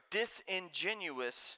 disingenuous